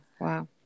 wow